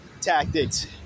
tactics